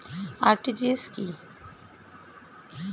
RTGS কি?